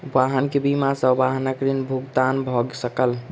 वाहन के बीमा सॅ वाहनक ऋण भुगतान भ सकल